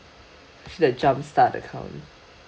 especially the jumpstart account